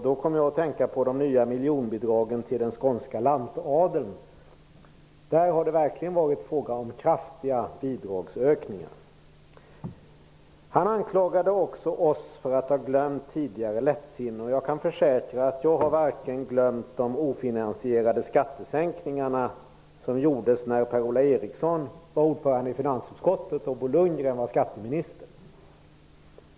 Då kom jag att tänka på de nya miljonbidragen till den skånska lantadeln. Där har det verkligen varit fråga om kraftiga bidragsökningar. Han anklagade också oss för att ha glömt tidigare lättsinne. Jag kan försäkra att jag inte har glömt de ofinansierade skattesänkningarna som gjordes när Bo Lundgren var skatteminister.